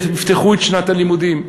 יפתחו את שנת הלימודים,